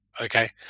Okay